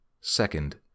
Second